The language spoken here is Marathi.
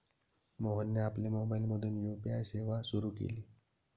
मोहनने आपल्या मोबाइलमधून यू.पी.आय सेवा सुरू केली